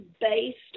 based